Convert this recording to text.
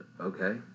Okay